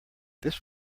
this